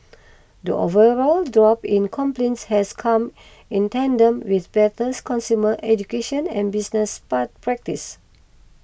the overall drop in complaints has come in tandem with better consumer education and business pa practices